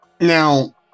now